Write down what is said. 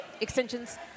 extensions